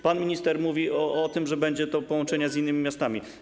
Pan minister mówi o tym, że będzie to połączenie z innymi miastami.